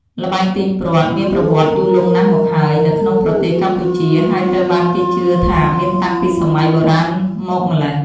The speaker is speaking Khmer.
ល្បែងទាញព្រ័ត្រមានប្រវត្តិយូរលង់ណាស់មកហើយនៅក្នុងប្រទេសកម្ពុជា ហើយត្រូវបានគេជឿថាមានតាំងពីសម័យបុរាណមកម្ល៉េះ។